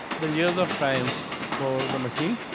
the years of tram for the machine.